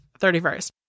31st